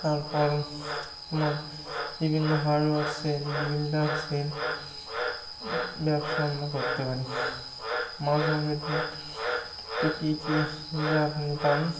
তারপর তোমার বিভিন্ন হার্ডওয়ারসের বিল্ডার্সের ব্যবসা আমরা করতে পারি মাছ মাংস আর ডিম তো কী কী যা আপনি পান